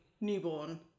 newborn